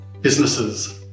businesses